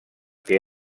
que